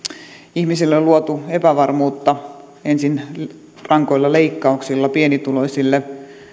ihmisille on luotu epävarmuutta ensin rankoilla leikkauksilla pienituloisille